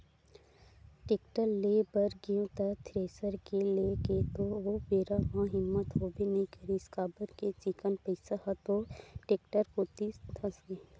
tractor ले बर गेंव त थेरेसर के लेय के तो ओ बेरा म हिम्मत होबे नइ करिस काबर के चिक्कन पइसा ह तो टेक्टर कोती धसगे